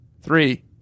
Three